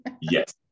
Yes